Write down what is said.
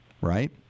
Right